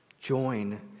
Join